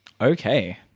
Okay